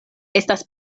estas